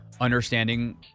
understanding